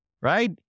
right